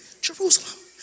Jerusalem